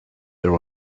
there